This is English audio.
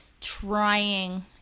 trying